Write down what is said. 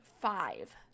five